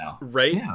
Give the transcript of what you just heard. right